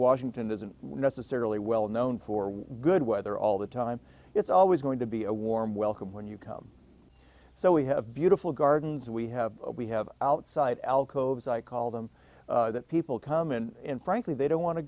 washington doesn't necessarily well known for good weather all the time it's always going to be a warm welcome when you come so we have beautiful gardens we have we have outside alcoves i call them that people come in frankly they don't want to